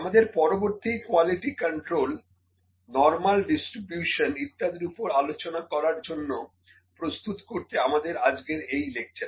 আমাদের পরবর্তী quality control normal distribution ইত্যাদির ওপর আলোচনা করার জন্য প্রস্তুত করতে আমাদের আজকের এই লেকচার